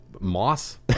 Moss